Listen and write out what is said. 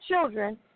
children